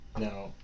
Now